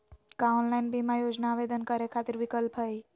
का ऑनलाइन बीमा योजना आवेदन करै खातिर विक्लप हई?